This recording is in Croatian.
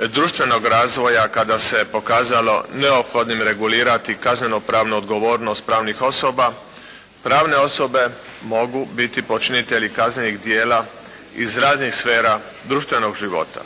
društvenog razvoja kada se pokazalo neophodnim regulirati kazneno-pravnu odgovornost pravnih osoba pravne osobe mogu biti počinitelji kaznenih djela iz raznih sfera društvenog života.